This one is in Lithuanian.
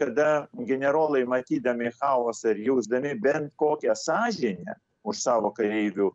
kada generolai matydami chaosą ir jausdami bent kokią sąžinę už savo kareivių